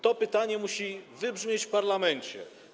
To pytanie musi wybrzmieć w parlamencie.